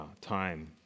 time